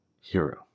Hero